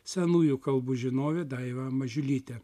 senųjų kalbų žinovė daiva mažiulytė